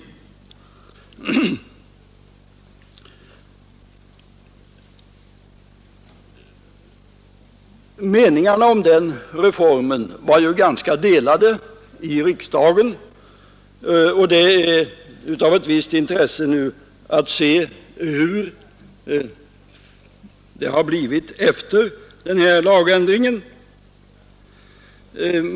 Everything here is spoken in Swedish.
Meningarna om den reformen var ganska delade i riksdagen, och det är av ett visst intresse att se hur det har blivit efter denna lagändring.